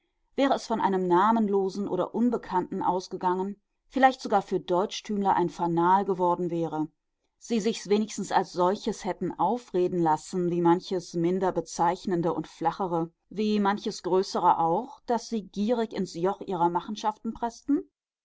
wäre es von einem namenlosen oder unbekannten ausgegangen vielleicht sogar für deutschtümler ein fanal geworden wäre sie sich's wenigstens als solches hätten aufreden lassen wie manches minder bezeichnende und flachere wie manches größere auch das sie gierig ins joch ihrer machenschaften preßten